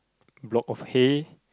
rock of hay